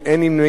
לפיכך,